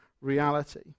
reality